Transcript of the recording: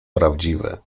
prawdziwe